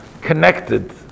connected